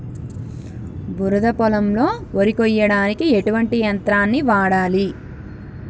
బురద పొలంలో వరి కొయ్యడానికి ఎటువంటి యంత్రాన్ని వాడాలి?